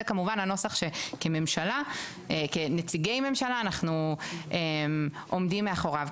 וזה כמובן הנוסח שכנציגי ממשלה אנחנו עומדים מאחוריו.